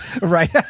right